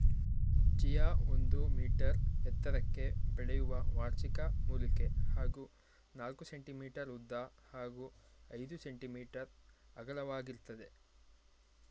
chia ಒಂದು metre ಎತ್ತರಕ್ಕೆ ಬೆಳೆಯುವ ವಾರ್ಷಿಕ ಮೂಲಿಕೆ ಹಾಗೂ ನಾಲ್ಕು ಸೆ.ಮೀ ಉದ್ದ ಹಾಗೂ ಐದು ಸೆ.ಮೀ ಅಗಲವಾಗಿರ್ತದೆ